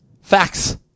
Facts